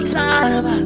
time